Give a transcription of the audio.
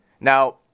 Now